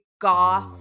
goth